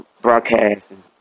broadcasting